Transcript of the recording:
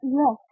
yes